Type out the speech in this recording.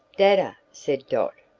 dadda, said dot,